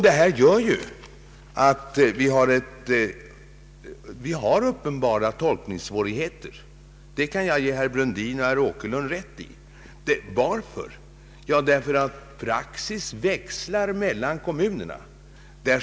Detta gör att vi har uppenbara tolkningssvårigheter, det kan jag ge herrar Brundin och Åkerlund rätt i. Varför? Jo, för att praxis växlar mellan kommunerna.